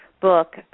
book